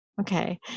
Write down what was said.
Okay